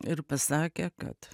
ir pasakė kad